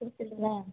கொடுத்துவீங்களா